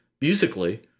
musically